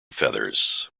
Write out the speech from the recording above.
feathers